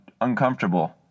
uncomfortable